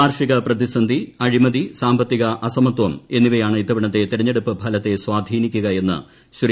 കാർഷിക പ്രതിസന്ധി അഴിമതി സാമ്പത്തിക അസമത്വം എന്നിവയാണ് ഇത്തവണത്തെ തെരഞ്ഞെടുപ്പ് ഫല്ലൂത്ത് സ്വാധീനിക്കുക എന്ന് ശ്രീ